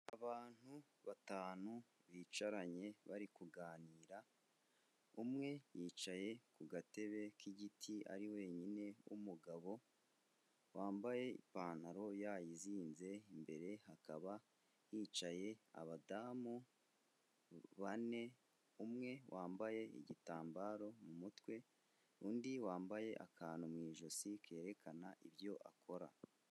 Abantu batanu bicaranye bari kuganira, umwe yicaye ku gatebe k'igiti ari wenyine w'umugabo wambaye ipantaro yayizinze, imbere hakaba hicaye abadamu bane, umwe wambaye igitambaro mu mutwe, undi wambaye akantu mu ijosi kerekana ibyo akora.